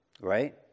Right